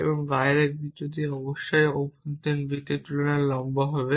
এবং বাইরের বৃত্তটি অভ্যন্তরীণ বৃত্তের তুলনাই লম্বা হবে